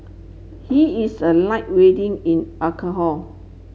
he is a light weighting in alcohol